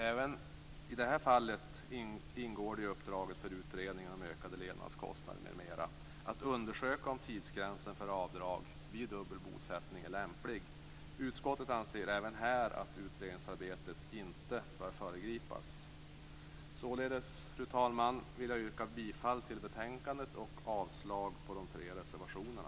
Även i detta fall ingår det i uppdraget för Utredningen om ökade levnadskostnader m.m. att undersöka om tidsgränsen för avdrag vid dubbel bosättning är lämplig. Utskottet anser även här att utredningsarbetet inte bör föregripas. Således, fru talman, vill jag yrka bifall till utskottets hemställan och avslag på de tre reservationerna.